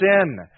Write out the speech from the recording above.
sin